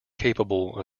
capable